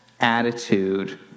attitude